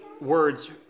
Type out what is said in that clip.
words